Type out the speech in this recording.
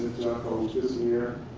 is we're